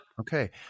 Okay